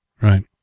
Right